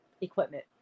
equipment